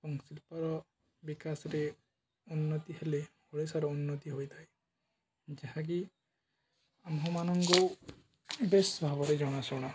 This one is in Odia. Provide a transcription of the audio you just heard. ଏବଂ ଶିଳ୍ପର ବିକାଶରେ ଉନ୍ନତି ହେଲେ ଓଡ଼ିଶାର ଉନ୍ନତି ହୋଇଥାଏ ଯାହାକି ଆମ୍ଭମାନଙ୍କୁ ବେଶ୍ ଭାବରେ ଜଣାଶୁଣା